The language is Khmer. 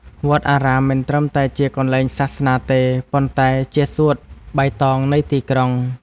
វត្តអារាមមិនត្រឹមតែជាកន្លែងសាសនាទេ ប៉ុន្តែជាសួតបៃតងនៃទីក្រុង។